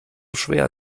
schwer